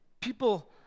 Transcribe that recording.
people